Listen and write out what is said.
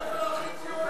הספר הכי ציוני.